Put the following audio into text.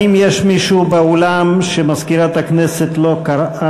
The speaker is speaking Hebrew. האם יש מישהו באולם שמזכירת הכנסת לא קראה